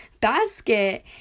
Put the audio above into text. basket